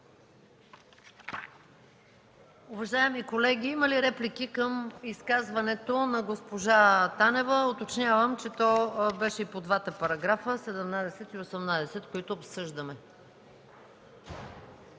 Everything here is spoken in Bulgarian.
Уважаеми колеги, има ли реплики към изказването на госпожа Танева? Уточнявам, че то беше и по двата параграфа -§ 17 и § 18, които обсъждаме.